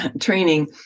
training